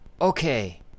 Okay